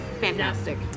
fantastic